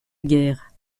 guerre